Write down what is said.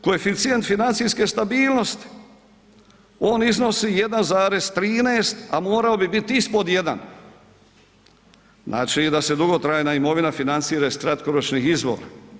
Koeficijent financijske stabilnosti, on iznosi 1,13, a morao bi biti ispod 1, znači da se dugotrajna imovina financira iz kratkoročnih izvora.